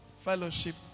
fellowship